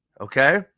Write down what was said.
okay